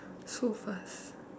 so fast